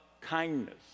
kindness